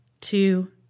two